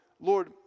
Lord